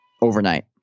overnight